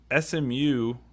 SMU